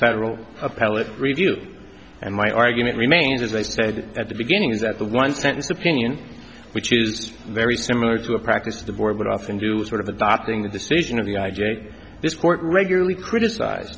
federal appellate review and my argument remains as i said at the beginning is that the one sentence opinion which is very similar to a practice of the board would often do sort of a darkening the decision of the i j a this court regularly critici